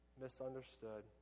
misunderstood